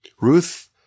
Ruth